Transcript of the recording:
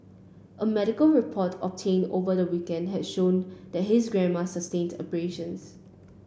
a medical report obtained over the weekend had showed that his grandmother sustained abrasions